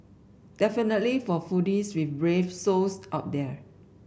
definitely for foodies with brave souls out there